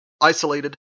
Isolated